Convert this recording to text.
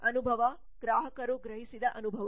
ಅನುಭವ ಗ್ರಾಹಕರು ಗ್ರಹಿಸಿದ ಅನುಭವ